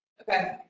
Okay